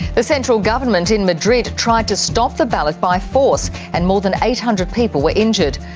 the central government in madrid tried to stop the ballot by force, and more than eight hundred people were injured.